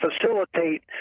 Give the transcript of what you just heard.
facilitate